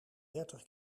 dertig